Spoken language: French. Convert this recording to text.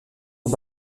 aux